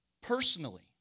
Personally